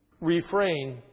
refrain